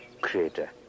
creator